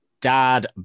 Dad